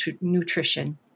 nutrition